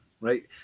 Right